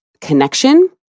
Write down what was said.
connection